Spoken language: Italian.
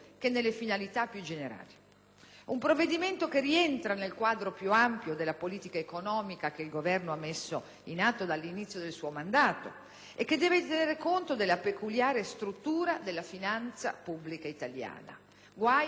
Un provvedimento che rientra nel quadro più ampio della politica economica che il Governo ha messo in atto dall'inizio del suo mandato e che deve tener conto della peculiare struttura della finanza pubblica italiana. Guai se ci dimenticassimo di questo!